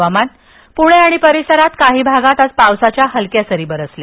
हवामान प्रणे आणि परिसरात काही भागात आज पावसाच्या हलक्या सरी बरसल्या